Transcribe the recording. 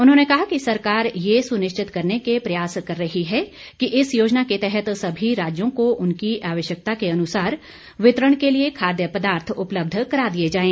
उन्होंने कहा कि सरकार यह सुनिश्चित करने के प्रयास कर रही है कि इस योजना के तहत सभी राज्यों को उनकी आवश्यकता के अनुसार वितरण के लिए खाद्य पदार्थ उपलब्ध करा दिये जाएं